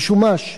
משומש.